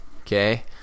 okay